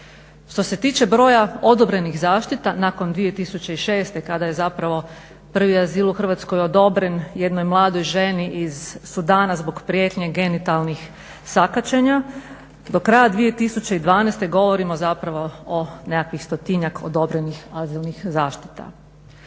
Što se tiče broja odobrenih zaštita nakon 2006. kada je zapravo prvi azil u Hrvatskoj odobren jednoj mladoj ženi iz Sudana zbog prijetnje genitalnih sakaćenja do kraja 2012. govorimo zapravo o nekakvih 100-njak odobrenih azilnih zaštita.